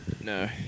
No